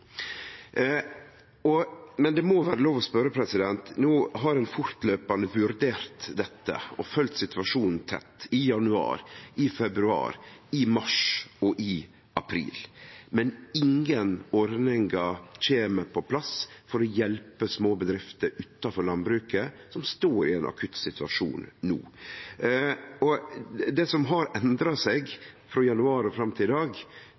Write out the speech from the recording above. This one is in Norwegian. Men det må vere lov å spørje: No har ein fortløpande vurdert dette og følgt situasjonen tett – i januar, i februar, i mars og i april – men ingen ordningar kjem på plass for å hjelpe små bedrifter utanfor landbruket som no står i ein akutt situasjon. Det som har endra seg frå januar og fram til i dag,